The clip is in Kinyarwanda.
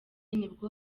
nibwo